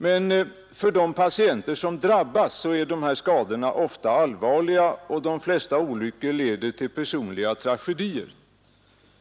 Men för de patienter som drabbas är dessa skador ofta allvarliga, och de flesta olyckor leder till personliga tragedier.